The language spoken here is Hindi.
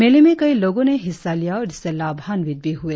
मेले में कई लोगो ने हिस्सा लिया और इससे लाभान्वित भी हुए